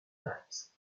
times